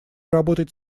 работать